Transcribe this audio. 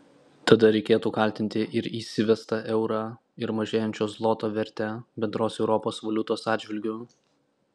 tada reikėtų kaltinti ir įsivestą eurą ir mažėjančio zloto vertę bendros europos valiutos atžvilgiu